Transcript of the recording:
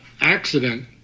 accident